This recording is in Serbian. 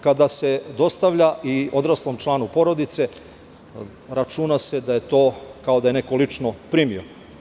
Kada se dostavlja i odraslom članu porodice, računa se da je to kao da je neko lično primio.